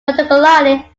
particularly